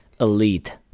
elite